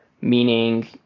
meaning